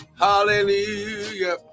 Hallelujah